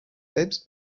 selbst